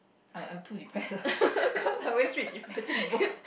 I'm I'm too depressed lah cause I always read depressing books